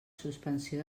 suspensió